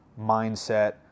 mindset